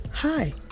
Hi